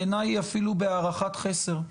בעיניי היא אפילו בהערכת חסר.